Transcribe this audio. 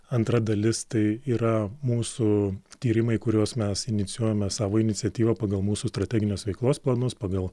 antra dalis tai yra mūsų tyrimai kuriuos mes inicijuojame savo iniciatyva pagal mūsų strateginės veiklos planus pagal